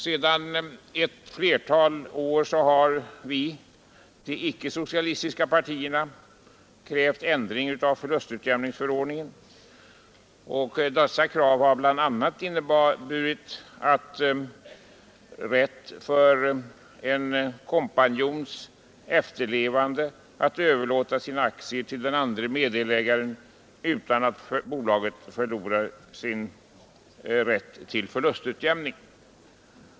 Sedan ett flertal år har vi, de icke-socialistiska partierna, krävt en ändring av förlustutjämningsförordningen. Dessa krav har bl.a. inneburit rätt för kompanjons efterlevande att överlåta sina aktier till den andre meddelägaren utan att bolaget förlorar rätten till förlustutjämning.